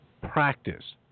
practice